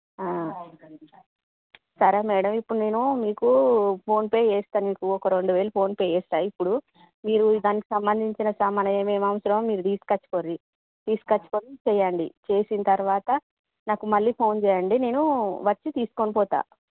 సరే మేడం ఇప్పుడు నేను మీకు ఫోన్పే చేస్తా మీకు రెండు వేలు ఫోన్పే చేస్తాను ఇప్పుడు మీరు దానికి సంబంధించిన సామాన్లు ఏమేమి అవసరమో మీరు తీసుకొచ్చుకొండి తీసుకొచ్చుకొని చేయండి చేసిన తర్వాత నాకు మళ్ళీ ఫోన్ చేయండి నేను వచ్చి తీసుకొని పోతాను